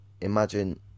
imagine